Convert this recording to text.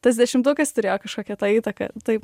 tas dešimtukas turėjo kažkokią tą įtaką tai